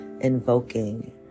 invoking